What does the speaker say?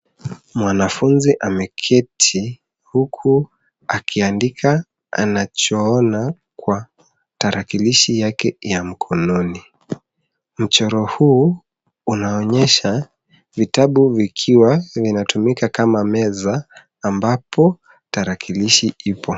Mwanafunzi ameketi huku akiandika anachoona kwa tarakilishi yake ya mkononi. Mchoro huu unaonyesha vitabu vikiwa vinatumika kama meza ambapo tarakilishi ipo.